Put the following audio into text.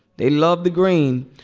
they love the green.